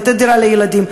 לתת דירה לילדים,